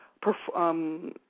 perform